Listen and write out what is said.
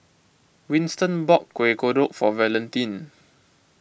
Winston bought Kueh Kodok for Valentin